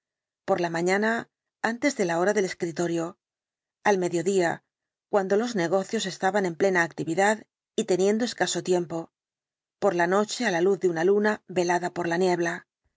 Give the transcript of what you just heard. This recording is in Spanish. por la mañana antes de la hora del escritorio al mediodía cuando los negocios estaban en plena actividad y teniendo escaso tiempo por la noche á la luz de una luna velada por la niebla